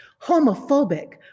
homophobic